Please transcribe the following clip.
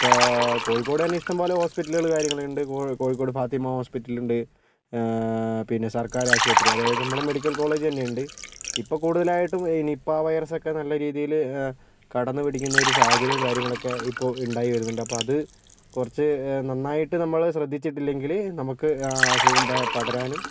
ഇപ്പോൾ കോഴിക്കോട് തന്നെ ഇഷ്ട്ടം പോലെ ഹോസ്പിറ്റല് കാര്യങ്ങള് ഉണ്ട് കോ കോഴിക്കോട് ഫാത്തിമ ഹോസ്പിറ്റലുണ്ട് പിന്നെ സർക്കാർ ആശുപത്രി അതായത് നമ്മുടെ മെഡിക്കൽ കോളേജ് തന്നെയുണ്ട് ഇപ്പം കൂടുതലായിട്ടും നിപ്പ വൈറസൊക്കെ നല്ല രീതിയില് കടന്ന് പിടിക്കുന്നൊരു സാഹചര്യം കാര്യങ്ങളൊക്കെ ഇപ്പോൾ ഉണ്ടായി വരുന്നുണ്ട് അപ്പോൾ അത് കുറച്ച് നന്നായിട്ട് നമ്മള് ശ്രദ്ധിച്ചിട്ടില്ലെങ്കില് നമുക്ക് അസുഖം പടരാനും